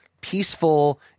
peaceful